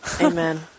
Amen